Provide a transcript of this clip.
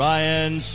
Ryan